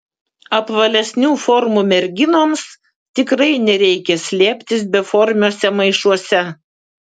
apvalesnių formų merginoms tikrai nereikia slėptis beformiuose maišuose